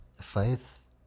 faith